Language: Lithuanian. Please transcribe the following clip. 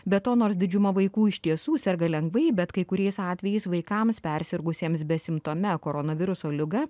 be to nors didžiuma vaikų iš tiesų serga lengvai bet kai kuriais atvejais vaikams persirgusiems besimptome koronaviruso liga